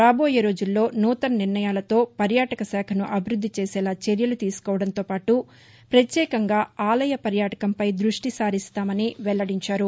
రాబోయే రోజుల్లో నూతన నిర్ణయాలతో పర్యాటక శాఖను అభివృద్ది చేసేలా చర్యలు తీసుకోవడంతో పాటు ప్రత్యేకంగా ఆలయ పర్యాటకంపై దృష్టి సారిస్తామని వెల్లడించారు